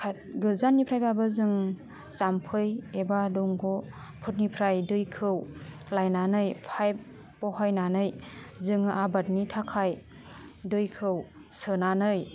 five गोजाननिफ्रायबाबो जाम्फै एबा दंग'फोरनिफ्राय दैखौ लायनानै फाइफ बहायनानै जोङो बादनि थाखाइ दैखौ सोनानै